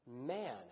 Man